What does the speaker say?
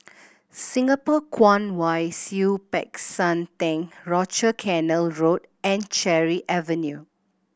Singapore Kwong Wai Siew Peck San Theng Rochor Canal Road and Cherry Avenue